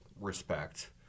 respect